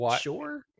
sure